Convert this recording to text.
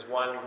one